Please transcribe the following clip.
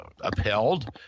upheld